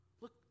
Look